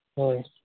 ᱦᱳᱭ